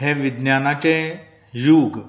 हें विज्ञानाचें यूग